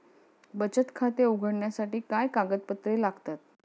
बचत खाते उघडण्यासाठी काय कागदपत्रे लागतात?